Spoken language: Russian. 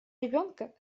ребенка